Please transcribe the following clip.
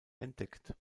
entdeckt